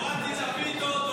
הורדתי את הפיתות,